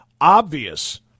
obvious